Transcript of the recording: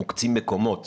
מוקצים מקומות